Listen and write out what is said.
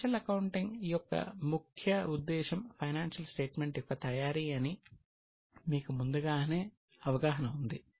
financial accounting యొక్క ముఖ్య ఉద్దేశం ఫైనాన్షియల్ స్టేట్మెంట్ యొక్క తయారీ అని మీకు ముందుగానే అవగాహన ఉంది